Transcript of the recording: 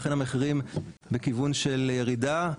ולכן המחירים בכיוון של ירידה,